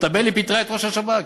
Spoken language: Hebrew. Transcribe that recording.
חוטובלי פיטרה את ראש השב"כ,